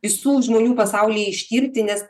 visų žmonių pasaulyje ištirti nes